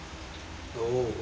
oh okay